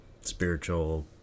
spiritual